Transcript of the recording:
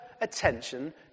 attention